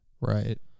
right